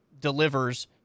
delivers